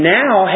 now